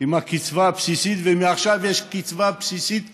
עם הקצבה הבסיסית, ומעכשיו יש קצבה בסיסית אחת.